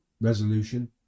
resolution